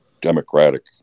democratic